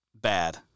Bad